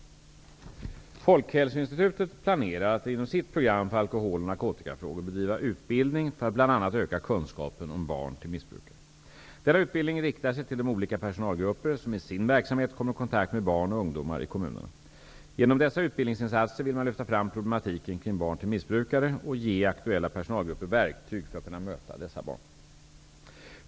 Folkhälsoinstitutet planerar att inom sitt program för alkohol och narkotikafrågor bedriva utbildning för att bl.a. öka kunskapen om barn till missbrukare. Denna utbildning riktar sig till de olika personalgrupper som i sin verksamhet kommer i kontakt med barn och ungdomar i kommunerna. Genom dessa utbildningsinsatser vill man lyfta fram problematiken kring barn till missbrukare och ge aktuella personalgrupper verktyg för att kunna möta dessa barn.